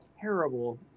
terrible